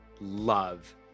love